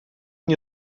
nie